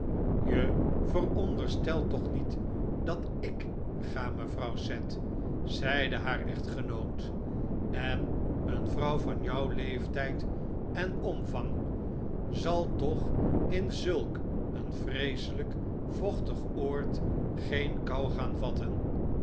je veronderstelt toch niet dat ik ga mevrouw sed zeide haar echtgenoot en een vrouw van jouw leeftijd en omvang zal toch in zulk een vreeselijk vochtig oord geen kou gaan vatten